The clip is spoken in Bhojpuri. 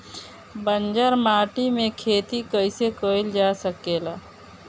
बंजर माटी में खेती कईसे कईल जा सकेला?